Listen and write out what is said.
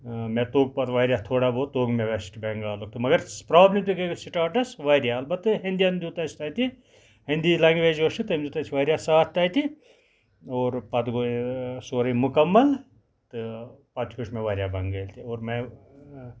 مےٚ توٚگ پَتہٕ واریاہ تھوڑا بہت توٚگ مےٚ ویسٹہٕ بینگالُک تہِ مَگر پرابلِم تہِ گٔے مےٚ سِٹارٹَس واریاہ اَلبتہٕ اِنڈین دیُت اَسہِ تَتہِ ہِندی لیگویج یۄس چھےٚ تٔمۍ دیُت اَسہِ واریاہ ساتھ تَتہِ اور پَتہٕ گوٚو سورُے مُکَمل تہٕ پَتہٕ ہیٚوٚچھ مےٚ واریاہ بَگٲلۍ تہِ اور مےٚ